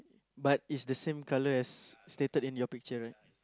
but is the same colour as stated in your picture right